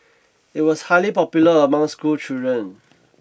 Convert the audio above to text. it was highly popular among schoolchildren